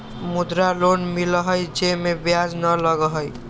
मुद्रा लोन मिलहई जे में ब्याज न लगहई?